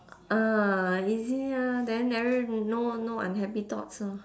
ah easy ah then every no no unhappy thoughts orh